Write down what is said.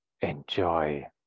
enjoy